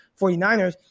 49ers